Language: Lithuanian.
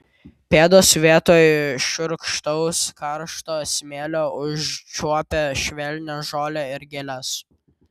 pėdos vietoj šiurkštaus karšto smėlio užčiuopė švelnią žolę ir gėles